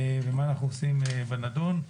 ומה אנחנו עושים בנידון.